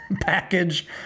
package